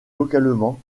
localement